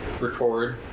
record